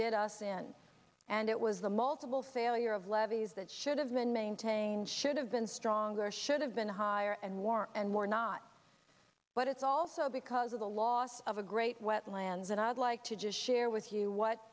did us in and it was the multiple failure of levees that should have been maintained should have been stronger should have been higher and more and more not but it's also because of the loss of a great wetlands and i'd like to just share with you what